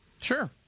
Sure